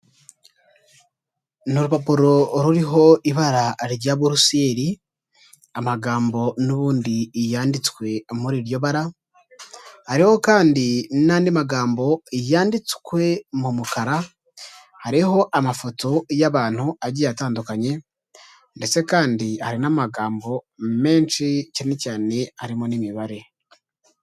Ni urupapuro ruriho ibara rya burusiyeri amagambo n'ubundi yanditswe muri iryo bara, hariho kandi nandi magambo yanditswe mu mukara hariho amafoto y'abantu agiye atandukanye, ndetse kandi hari n'amagambo menshi cyane cyane arimo nimibare.